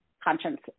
Conscience